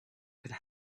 could